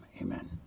Amen